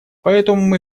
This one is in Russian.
поэтому